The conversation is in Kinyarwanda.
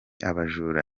abajura